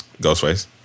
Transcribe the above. Ghostface